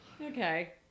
Okay